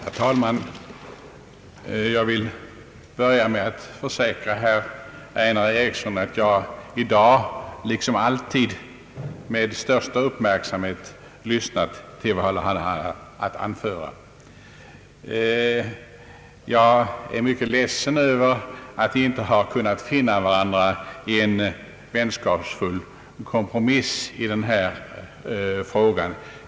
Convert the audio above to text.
Herr talman! Jag vill börja med att försäkra herr Einar Eriksson att jag i dag liksom alltid med största uppmärksamhet lyssnat till vad han haft att anföra. Jag är mycket ledsen över att vi inte kunnat finna varandra i en vänskapsfull kompromiss i denna fråga.